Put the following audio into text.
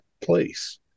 place